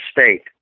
State